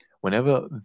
Whenever